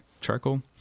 charcoal